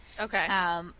Okay